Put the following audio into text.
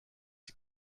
die